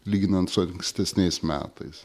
lyginant su ankstesniais metais